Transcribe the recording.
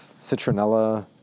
citronella